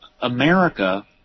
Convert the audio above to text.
America